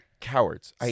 cowards